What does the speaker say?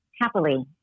Happily